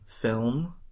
film